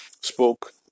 spoke